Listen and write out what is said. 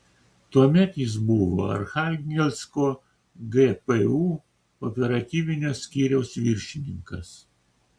tuomet jis buvo archangelsko gpu operatyvinio skyriaus viršininkas